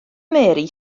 mary